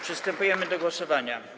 Przystępujemy do głosowania.